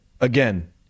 again